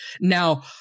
Now